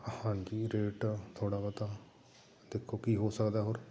ਹਾਂਜੀ ਰੇਟ ਥੋੜ੍ਹਾ ਬਹੁਤਾ ਦੇਖੋ ਕੀ ਹੋ ਸਕਦਾ ਹੋਰ